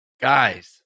Guys